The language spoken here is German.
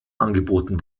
angeboten